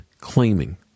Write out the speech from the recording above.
claiming